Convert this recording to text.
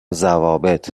ضوابط